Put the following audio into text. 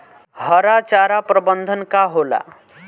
हरा चारा प्रबंधन का होला?